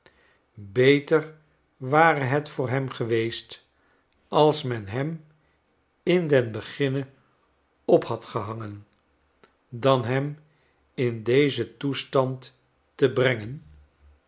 beter ware het voor hem geweest als men hem in den beginne op had gehangen dan hem in dezen toestand te brengen